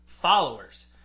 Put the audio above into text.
followers